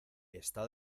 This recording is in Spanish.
está